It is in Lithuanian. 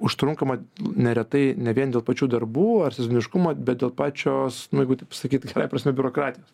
užtrunkama neretai ne vien dėl pačių darbų ar sistemiškumo bet ir pačios nu jeigu taip pasakyt tikrąja prasme biurokratijos